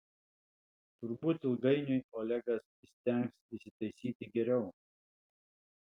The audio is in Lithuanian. turbūt ilgainiui olegas įstengs įsitaisyti geriau